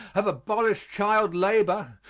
have abolished child labor,